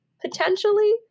potentially